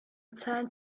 zahlen